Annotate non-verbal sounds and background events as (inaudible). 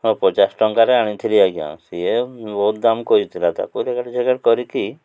ହଁ ପଚାଶ ଟଙ୍କାରେ ଆଣିଥିଲି ଆଜ୍ଞା ସିଏ ବହୁତ ଦାମ୍ କରିଥିଲା ତାକୁ (unintelligible) (unintelligible) କରିକି